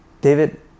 David